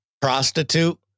Prostitute